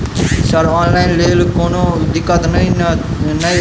Sir online लैल कोनो दिक्कत न ई नै?